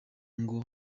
ngo